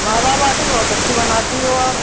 मावा बाटी बहुत अच्छी बनाती हो आप